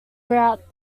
throughout